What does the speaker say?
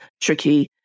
tricky